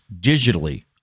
digitally